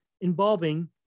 involving